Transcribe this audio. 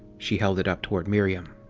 she held it up toward miriam.